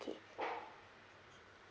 okay